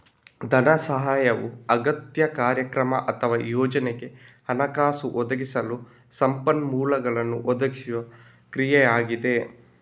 ಧನ ಸಹಾಯವು ಅಗತ್ಯ, ಕಾರ್ಯಕ್ರಮ ಅಥವಾ ಯೋಜನೆಗೆ ಹಣಕಾಸು ಒದಗಿಸಲು ಸಂಪನ್ಮೂಲಗಳನ್ನು ಒದಗಿಸುವ ಕ್ರಿಯೆಯಾಗಿದೆ